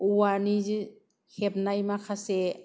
औवानि जि हेबनाय माखासे